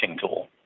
tool